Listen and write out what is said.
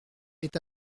est